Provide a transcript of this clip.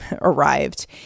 arrived